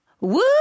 Woo